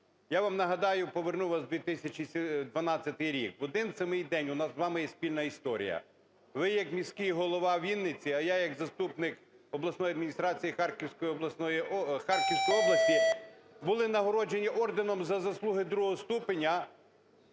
Я вам нагадаю, поверну вас в 2012 рік, в один самий день – у нас з вами є спільна історія. Ви як міський голова Вінниці, а я як заступник обласної адміністрації Харківської області були нагороджені орденом "За заслуги" ІІ ступеня